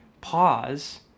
pause